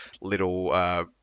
little